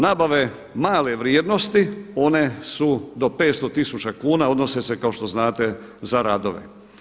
Nabave male vrijednosti one su do 500 tisuća kuna, odnosne se kao što znate za radove.